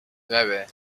nueve